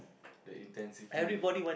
the intensity